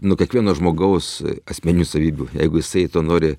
nuo kiekvieno žmogaus asmeninių savybių jeigu jisai to nori